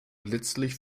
letztlich